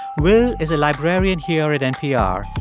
will is a librarian here at npr,